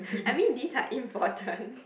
I mean these are important